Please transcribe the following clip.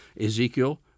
Ezekiel